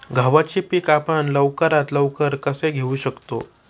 गव्हाचे पीक आपण लवकरात लवकर कसे घेऊ शकतो?